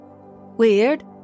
Weird